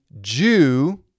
Jew